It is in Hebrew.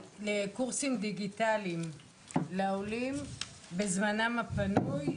לקורסים דיגיטליים לעולים בזמנם הפנוי.